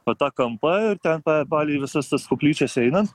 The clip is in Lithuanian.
va tą kampą ir ten pa palei visas tas koplyčias einant